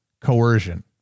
coercion